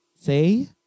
say